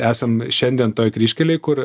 esam šiandien toj kryžkelėj kur